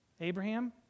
Abraham